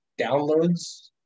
downloads